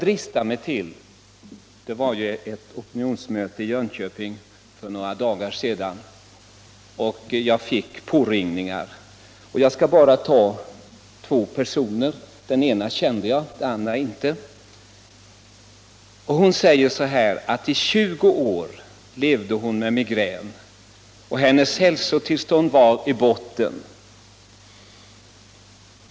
I anslutning till ett opinionsmöte kring THX-frågan i Jönköping för några dagar sedan fick jag påringningar av olika människor. Jag vill här berätta om två sådana samtal. Den ena personen som ringde känner jag, den andra inte. En kvinna berättade att hon i 20 år levt med migrän, och under denna tid var hennes hälsotillstånd i botten.